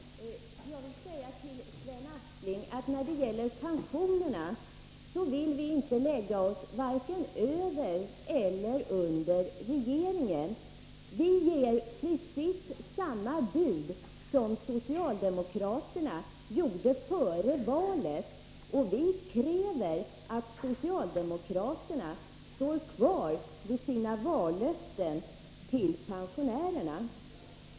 Herr talman! Jag vill säga till Sven Aspling att när det gäller pensionerna så vill vi inte lägga oss vare sig över eller under regeringen. Vi ger precis samma bud som socialdemokraterna gjorde före valet. Vi kräver att socialdemokraterna står kvar vid sina vallöften till pensionärerna.